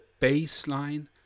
baseline